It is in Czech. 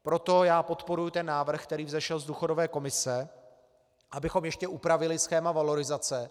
Proto podporuji ten návrh, který vzešel z důchodové komise, abychom ještě upravili schéma valorizace.